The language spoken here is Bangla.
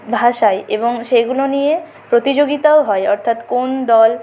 ভাসাই এবং সেগুলো নিয়ে প্রতিযোগিতাও হয় অর্থাৎ কোন দল